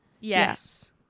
Yes